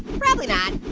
probably not